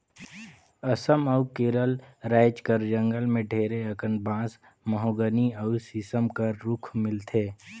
असम अउ केरल राएज कर जंगल में ढेरे अकन बांस, महोगनी अउ सीसम कर रूख मिलथे